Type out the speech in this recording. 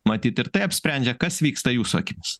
matyt ir tai apsprendžia kas vyksta jūsų akimis